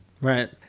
Right